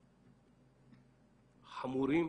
חמורים.